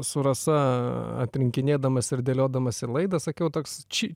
su rasa atrinkinėdamas ir dėliodamas į laidą sakiau toks či